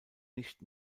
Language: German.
nicht